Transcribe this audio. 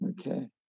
Okay